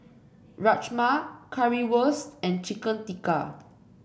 Rajma Currywurst and Chicken Tikka